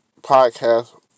podcast